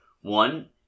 One